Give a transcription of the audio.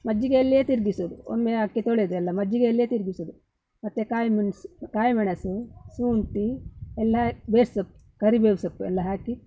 ಮಜ್ಜಿಗೆಯಲ್ಲೆಯೇ ತಿರುಗಿಸುದು ಒಮ್ಮೆ ಅಕ್ಕಿ ತೊಳೆದೆಲ್ಲ ಮಜ್ಜಿಗೆಯಲ್ಲೇ ತಿರುಗಿಸುವುದು ಮತ್ತು ಕಾಯಿಮೆಣಸು ಕಾಯಿಮೆಣಸು ಶುಂಠಿ ಎಲ್ಲ ಬೇರ್ಸೊಪ್ಪು ಕರಿಬೇವು ಸೊಪ್ಪು ಎಲ್ಲ ಹಾಕಿ